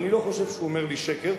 ואני לא חושב שהוא אומר לי שקר,